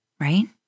right